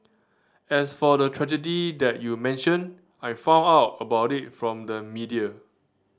as for the tragedy that you mentioned I found out about it from the media